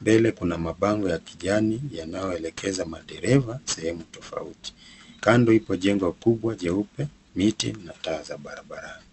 Mbele kuna mabango ya kijani, yanayoelekeza madereva sehemu tofauti. Kando ipo jengo kubwa jeupe, miti na taa za barabarani.